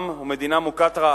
עם או מדינה מוכת-רעב,